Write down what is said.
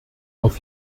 auf